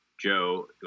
Joe